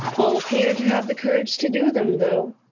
all appear to have the courage to do them though.